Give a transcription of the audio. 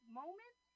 moment